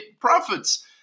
profits